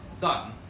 done